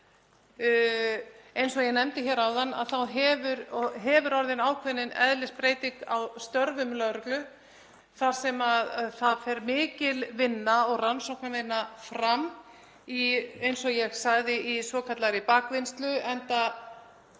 Eins og ég nefndi hér áðan hefur orðið ákveðin eðlisbreyting á störfum lögreglu þar sem mikil vinna og rannsóknarvinna fer fram, eins og ég sagði, í svokallaðri bakvinnslu,